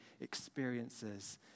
experiences